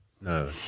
No